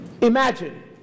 Imagine